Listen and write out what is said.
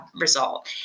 result